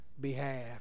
behalf